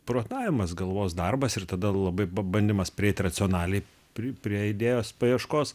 protavimas galvos darbas ir tada labai ba bandymas prieit racionaliai pri prie idėjos paieškos